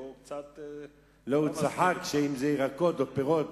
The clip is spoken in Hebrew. והוא קצת, לא, הוא צחק שאם זה ירקות או פירות,